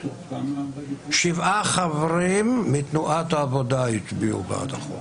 שבעה חברים מתנועת העבודה הצביעו בעדו,